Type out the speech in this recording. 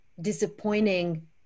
disappointing